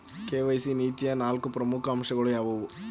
KYC ನೀತಿಯ ನಾಲ್ಕು ಪ್ರಮುಖ ಅಂಶಗಳು ಯಾವುವು?